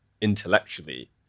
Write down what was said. intellectually